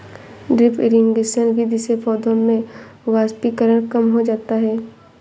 drip irrigation विधि से पौधों में वाष्पीकरण कम हो जाता है